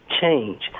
change